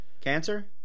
Cancer